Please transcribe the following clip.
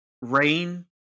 Rain